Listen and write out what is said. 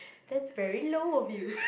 that's very low of you